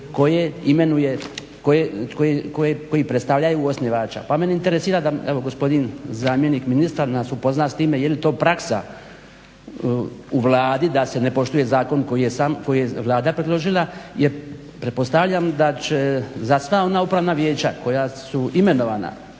i za 3 koji predstavljaju osnivača. Pa mene interesira da evo gospodin zamjenik ministra nas upozna s time je li to praksa u Vladi da se ne poštuje zakon koji je Vlada predložila jer pretpostavljam da će za stalna upravna vijeća koja su imenovana